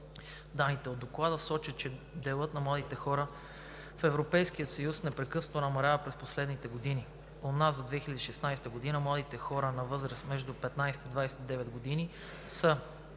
Данните от Доклада сочат, че делът на младите хора в Европейския съюз непрекъснато намалява през последните години. У нас за 2016 г. младите хора на възраст между 15 – 29 години са